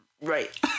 Right